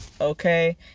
okay